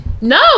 no